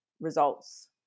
results